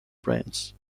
brands